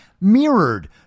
mirrored